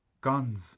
Guns